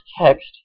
text